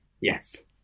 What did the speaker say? Yes